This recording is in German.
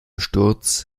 sturz